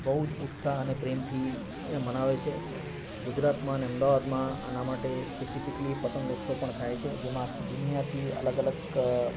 બહુ જ ઉત્સાહ અને પ્રેમથી એ મનાવે છે ગુજરાતમાં અને અમદાવાદમાં આના માટે સ્પેસીફીકલી પતંગ ઉત્સવ પણ થાય છે જેમાં આખી દુનિયાથી અલગ અલગ